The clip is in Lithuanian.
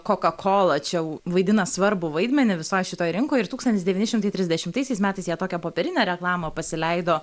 koka kola čia jau vaidina svarbų vaidmenį visoj šitoj rinkoj ir tūkstantis devyni šimtai trisdešimtaisiais metais jie tokią popierinę reklamą pasileido